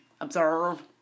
Observe